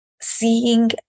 Seeing